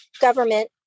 government